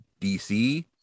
dc